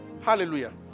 Hallelujah